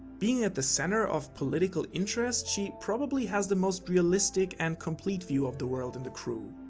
being at the center of political interest, she probably has the most realistic and complete view of the world in the crew.